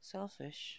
Selfish